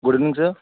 good evening sir